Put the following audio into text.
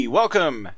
welcome